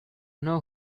know